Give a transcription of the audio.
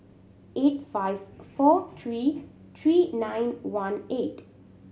eight five four three three nine one eight